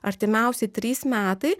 artimiausi trys metai